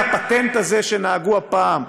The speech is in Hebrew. הפטנט הזה שנהגו לפיו הפעם,